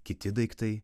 kiti daiktai